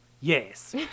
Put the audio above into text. Yes